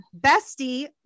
Bestie